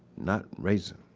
not razor.